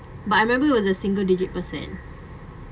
but I remember it was a single-digit percent